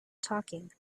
talking